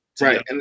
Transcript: Right